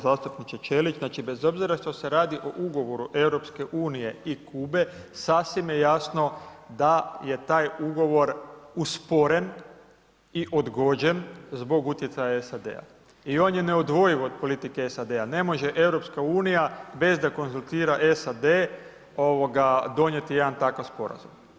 Zastupniče Ćelić, znači, bez obzira što se radi o Ugovoru EU i Kube, sasvim je jasno da je taj ugovor usporen i odgođen zbog utjecaja SAD-a i on je neodvojiv od politike SAD-a, ne može EU bez da konzultira SAD donijeti jedan takav sporazum.